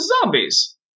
zombies